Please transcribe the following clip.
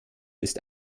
ist